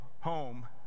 home